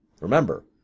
Remember